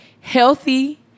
healthy